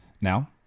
Now